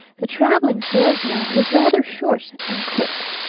the traveling salesman was rather short and quick.